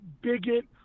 bigot